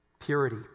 Purity